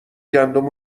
گندم